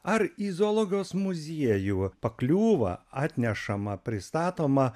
ar į zoologijos muziejų pakliūva atnešama pristatoma